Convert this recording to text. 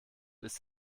ist